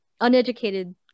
uneducated